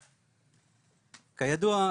כידוע,